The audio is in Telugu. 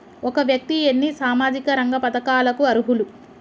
ఒక వ్యక్తి ఎన్ని సామాజిక రంగ పథకాలకు అర్హులు?